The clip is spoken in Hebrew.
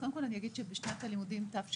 קודם כל אני אגיד שבשנת הלימודים תשפ"א